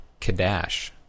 kadash